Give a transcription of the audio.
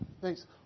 Thanks